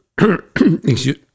excuse